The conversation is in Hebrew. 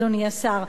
אדוני השר,